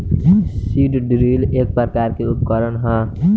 seed drill एक प्रकार के उकरण ह